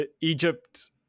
Egypt